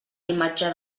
imatge